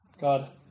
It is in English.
God